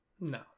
No